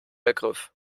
ergriff